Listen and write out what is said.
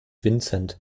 vincent